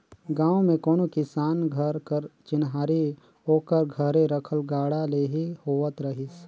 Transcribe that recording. गाँव मे कोनो किसान घर कर चिन्हारी ओकर घरे रखल गाड़ा ले ही होवत रहिस